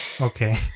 Okay